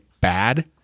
bad